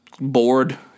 bored